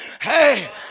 Hey